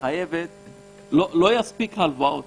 לא יספיקו הלוואות.